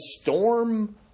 storm